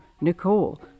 Nicole